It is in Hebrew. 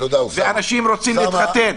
אנשים רוצים להתחתן.